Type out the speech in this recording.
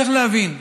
צריך להבין: